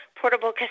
portable